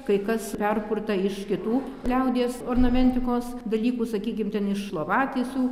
kai kas perkurta iš kitų liaudies ornamentikos dalykų sakykim ten iš lovatiesių